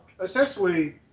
essentially